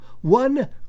one